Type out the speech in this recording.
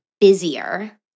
busier